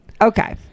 Okay